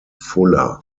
fuller